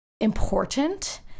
important